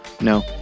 No